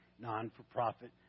non-for-profit